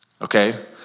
Okay